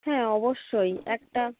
হ্যাঁ অবশ্যই একটা